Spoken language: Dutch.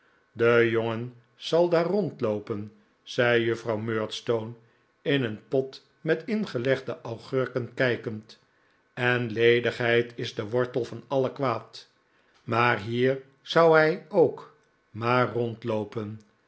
de jongen zal daar rondloopen zei juffrouw murdstone in een pot met ingelegde augurken kijkend en ledigheid is de wortel van alle kwaad maar hier zou hij toch ook maar rondloopen